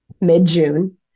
mid-June